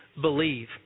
believe